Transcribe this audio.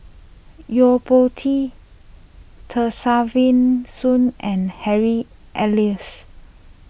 Yo Po Tee Kesavan Soon and Harry Elias